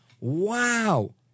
Wow